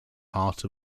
heart